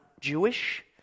Jewish